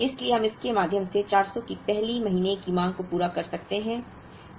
इसलिए हम इसके माध्यम से 400 की पहली महीने की मांग को पूरा कर सकते हैं